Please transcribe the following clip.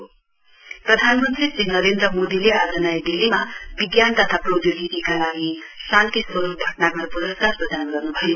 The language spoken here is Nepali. पिएम प्रधानमन्त्री श्री नरेन्द्र मोदीले आज नयाँ दिल्लीमा विज्ञान तथा प्रौधोगिकीका लागि शान्ति स्वरुप भट्नागर पुरस्कार प्रदान गर्नुभयो